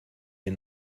ihr